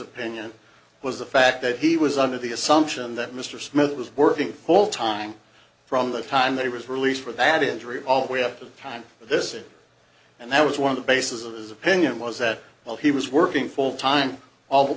opinion was the fact that he was under the assumption that mr smith was working full time from the time they was released without injury all the way up to the time this it and that was one of the basis of his opinion was that while he was working full time all